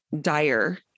dire